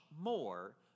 more